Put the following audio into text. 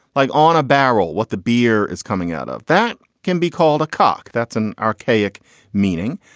like on a barrel, what the beer is coming out of that can be called a cock. that's an archaic meaning.